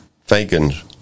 Fagan's